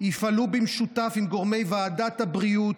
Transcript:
יפעלו במשותף עם גורמי ועדת הבריאות,